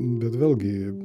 bet vėlgi